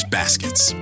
baskets